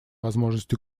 возможность